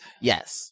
Yes